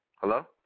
Hello